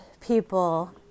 people